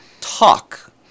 talk